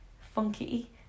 funky